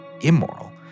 immoral